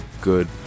Good